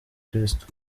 kristo